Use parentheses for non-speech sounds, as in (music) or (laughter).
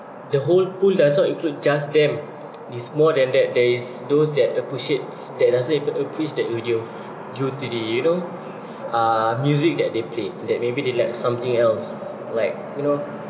the whole pool does not include just them (noise) it's more than that there is those that appreciate that doesn’t even appreciate that radio due to the you knows~ uh music that they play that that maybe they like something else like you know